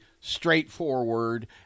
straightforward